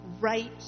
right